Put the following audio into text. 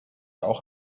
auch